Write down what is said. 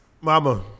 mama